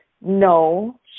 no